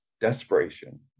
desperation